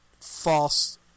False